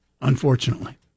unfortunately